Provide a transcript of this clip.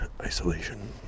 isolation